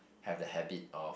have the habit of